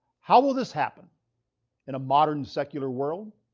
how will this happen in a modern secular world?